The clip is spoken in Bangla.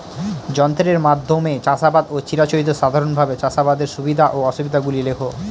যন্ত্রের মাধ্যমে চাষাবাদ ও চিরাচরিত সাধারণভাবে চাষাবাদের সুবিধা ও অসুবিধা গুলি লেখ?